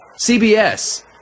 CBS